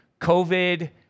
COVID